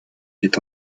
est